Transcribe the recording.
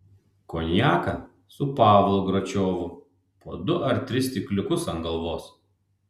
konjaką su pavlu gračiovu po du ar tris stikliukus ant galvos